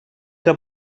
que